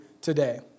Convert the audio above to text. today